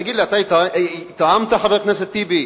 תגיד לי, אתה התרעמת, חבר הכנסת טיבי?